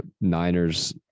Niners